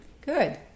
Good